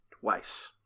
twice